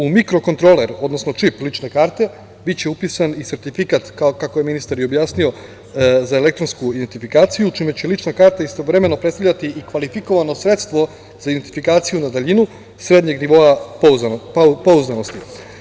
U mikrokontroler, odnosno čip lične karte biće upisan i sertifikata, kako je ministar i objasnio za elektronsku identifikaciju, čime će lična karta istovremeno predstavljati i kvalifikovano sredstvo za identifikaciju na daljinu srednjeg nivoa pouzdanosti.